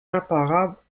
imparables